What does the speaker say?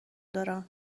دارم